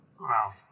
Wow